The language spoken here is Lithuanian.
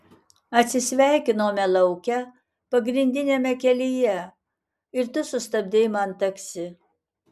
atsisveikinome lauke pagrindiniame kelyje ir tu sustabdei man taksi